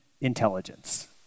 intelligence